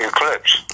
Eclipse